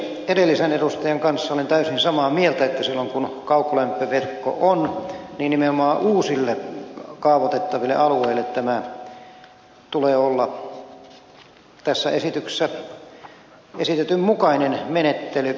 edellisen edustajan kanssa olen täysin samaa mieltä että silloin kun kaukolämpöverkko on nimenomaan uusille kaavoitettaville alueille tulee olla tässä esityksessä esitetyn mukainen menettely